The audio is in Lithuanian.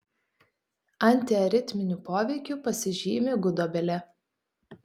antiaritminiu poveikiu pasižymi gudobelė